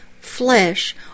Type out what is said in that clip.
flesh